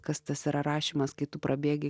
kas tas yra rašymas kai tu prabėgi